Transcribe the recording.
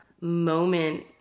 moment